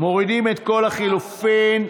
מורידים את כל הלחלופין.